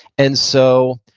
and so,